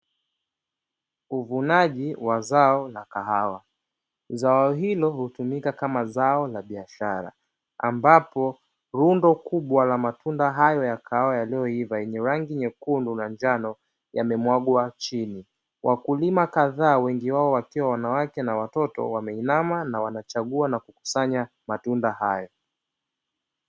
Uvunaji wa zao la kahawa, zao hilo hutumika kama zao la biashara ambapo rundo kubwa la matunda hayo ya kahawa yaliyoiva yenye rangi nyekundu na njano yamemwagwa chini, wakulima kadhaa wengi wao wakiwa wanawake na watoto wameinama na wanachagua na kukusanya matunda hayo.